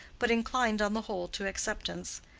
but inclined on the whole to acceptance.